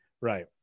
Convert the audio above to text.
right